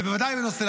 ובוודאי בנושא,